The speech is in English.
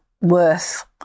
Worth